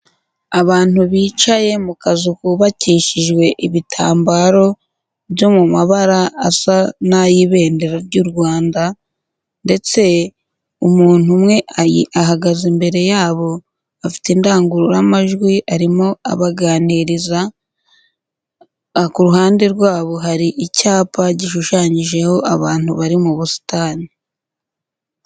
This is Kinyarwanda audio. Abantu bicaye mu kazu kubakishijwe ibitambaro byo mu mabara asa n'ay'ibendera ry'u Rwanda ndetse umuntu umwe ahagaze imbere yabo afite indangururamajwi arimo abaganiriza, ku ruhande rwabo hari icyapa gishushanyijeho abantu bari mu busitani.